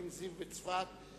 הרפואיים לחולי סרטן בצפון הארץ.